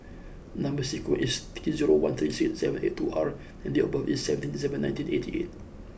number sequence is T zero one three six seven eight two R and date of birth is seventeenth December nineteen eighty eight